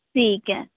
ਠੀਕ ਹੈ